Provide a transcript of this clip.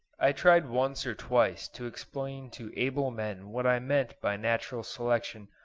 i tried once or twice to explain to able men what i meant by natural selection,